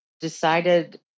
decided